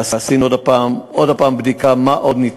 ועשינו עוד הפעם בדיקה מה עוד אפשר